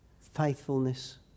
faithfulness